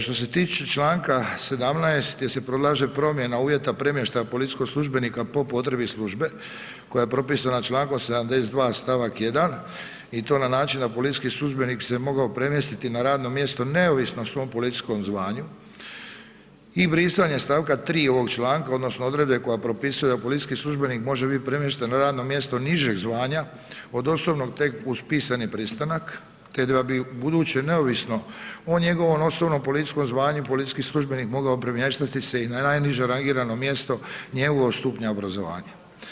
Što se tiče čl. 17. gdje se predlaže promjena uvjeta premještaja policijskog službenika po potrebi službe, koja je propisana čl. 72. st. 1. i to na način da policijski službenik se mogao premjestiti na radno mjesto neovisno o svom policijskom zvanju i brisanje st. 3. ovog članka odnosno odredbe koja propisuje da policijski službenik može biti premještaj na radno mjesto nižeg zvanja od osnovnog tek uz pisani pristanak te da bi ubuduće neovisno o njegovom osnovnom policijskom zvanju, policijski službenik mogao premještati se i na najniže rangirano mjesto njegovog stupnja obrazovanja.